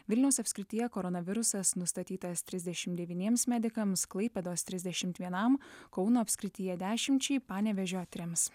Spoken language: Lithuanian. vilniaus apskrityje koronavirusas nustatytas trisdešimt devyniems medikams klaipėdos trisdešimt vienam kauno apskrityje dešimčiai panevėžio trims